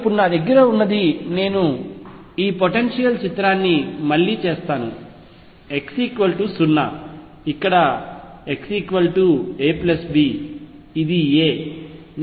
కాబట్టి ఇప్పుడు నా దగ్గర ఉన్నది నేను ఈ పొటెన్షియల్ చిత్రాన్ని మళ్లీ చేస్తాను x 0 ఇక్కడ x a b ఇది a